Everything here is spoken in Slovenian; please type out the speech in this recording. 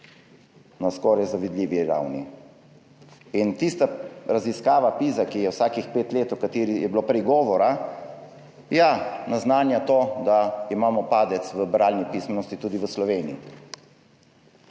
na skoraj zavidljivi ravni. In tista raziskava PISA, ki je vsakih pet let, o kateri je bilo prej govora, ja, naznanja to, da imamo padec v bralni pismenosti tudi v Sloveniji.